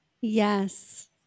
Yes